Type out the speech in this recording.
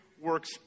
works